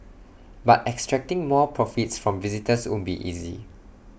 but extracting more profits from visitors won't be easy